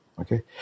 Okay